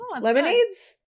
Lemonades